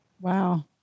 Wow